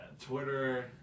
Twitter